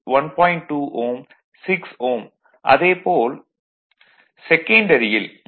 2 Ω 6 Ω அதே போல் செகன்டரியில் முறையே 0